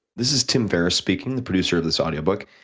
this is tim ferris speaking, the producer of this audio book.